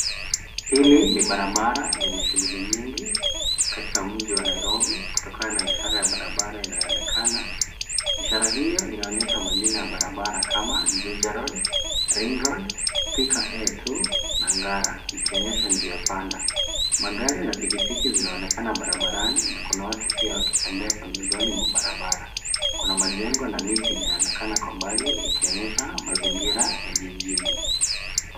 Hili ni barabara lenye shughuli nyingi katika mji wa Nairobi kutokana na ishara ya barabara inayoonekana. Ishara hiyo inayoonyesha majina ya barabara kama Juja road, Rail road, Thika A2 na Ngara ikionyesha njia panda. Magari na pikipiki zinaonekana barabarani na kuna watu pia wakitembea kandozoni mwa barabara. Kuna majengo na miti inayoonekana kwa mbali ikionyesha mazingira ya jijini.